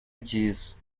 byiza